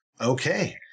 Okay